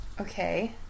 Okay